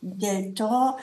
dėl to